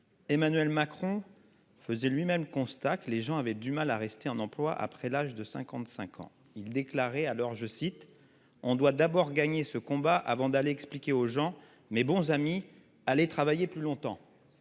Emmanuel Macron. Faisait lui-. Même constat que les gens avaient du mal à rester en emploi après l'âge de 55 ans, il déclarait à l'heure, je cite, on doit d'abord gagner ce combat avant d'aller expliquer aux gens mais bons amis aller travailler plus longtemps.